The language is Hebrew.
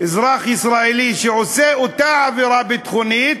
אזרח ישראלי, שעושה אותה עבירה ביטחונית,